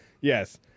Yes